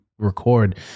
record